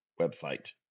website